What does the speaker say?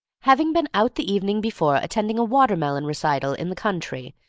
having been out the evening before attending a watermelon recital in the country,